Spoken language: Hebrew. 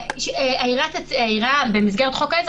העיריה במסגרת חוק העזר,